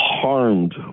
harmed